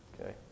Okay